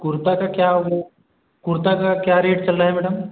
कुर्ता का क्या होगा रेट कुर्ता का क्या रेट चल रहा है मैडम